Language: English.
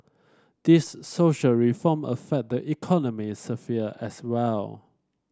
these social reform affect the economic sphere as well